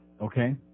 Okay